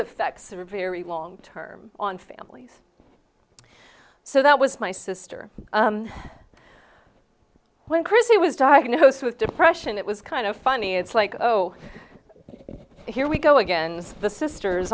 effects are very long term on family so that was my sister when chrissy was diagnosed with depression it was kind of funny it's like oh here we go again the sister